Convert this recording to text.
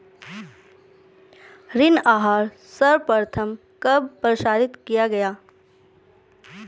ऋण आहार सर्वप्रथम कब प्रसारित किया गया?